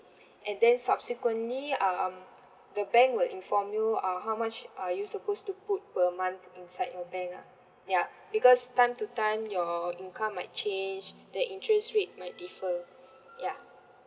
and then subsequently um the bank will inform you uh how much are you supposed to put per month inside your bank lah ya because time to time your income might change the interest rate might differ ya